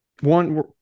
One